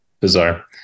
bizarre